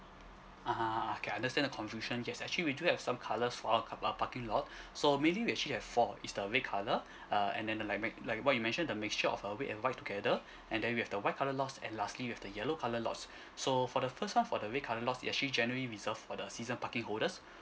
(uh huh) okay understand the confusion yes actually we do have some colours for our car park parking lot so mainly we actually have four it's the red colour uh and then the like make like what you mentioned the mixture of uh red and white together and then we have the white colour lots and lastly we've the yellow colour lots so for the first one for the red colour lots it actually generally reserved for the season parking holders